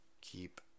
keep